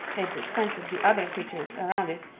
at the expense of the other features around it.